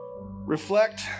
Reflect